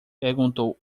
perguntou